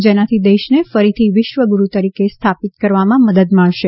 જેનાથી દેશને ફરીથી વિશ્વગુરૂ તરીકે સ્થાપિત કરવામાં મદદ મળશે